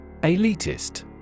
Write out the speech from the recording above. Elitist